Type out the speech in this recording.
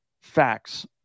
facts